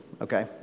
Okay